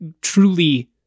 truly